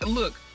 look